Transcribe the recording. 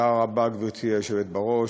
גברתי היושבת בראש,